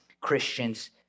Christians